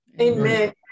Amen